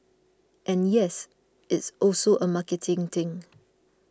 and yes it's also a marketing thing